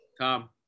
Tom